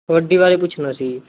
ਕਬੱਡੀ ਬਾਰੇ ਪੁੱਛਣਾ ਸੀ